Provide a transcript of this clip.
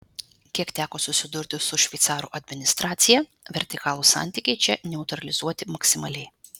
kiek teko susidurti su šveicarų administracija vertikalūs santykiai čia neutralizuoti maksimaliai